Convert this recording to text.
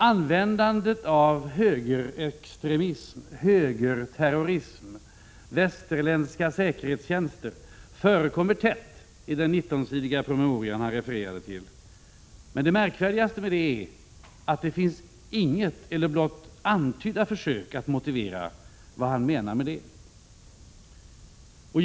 Användandet av ord som högerextremism, högerterrorism och västerländska säkerhetstjänster förekommer tätt i den 19-sidiga promemoria som Jörn Svensson refererade till. Det märkligaste med dessa är att det inte finns ens en antydan till försök från Jörn Svensson att motivera vad han menar med dessa uttryck.